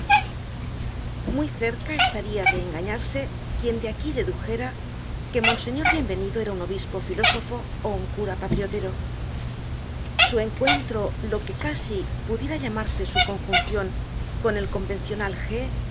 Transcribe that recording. muy cerca estaria de engañarse quien de aquí dedujera que monseñor bienvenido era un obispo filósofo ó un cura patriotero su encuentro lo que casi pudiera llamarse su conjuncion con el convencional g